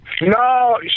No